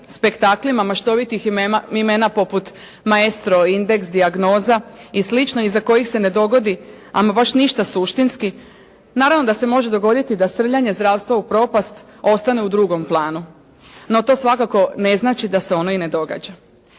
spektaklima maštovitih imena poput "maestro", "indeks", "dijagnoza" i slično iza kojih se ne dogodi ama baš ništa suštinski, naravno da se može dogoditi da srljanje zdravstva u propast ostane u drugom planu. No to svakako ne znači da se ono i ne događa.